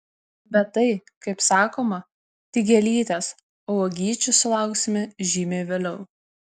bet tai kaip sakoma tik gėlytės o uogyčių sulauksime žymiai vėliau